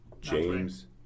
James